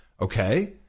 Okay